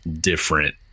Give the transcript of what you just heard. different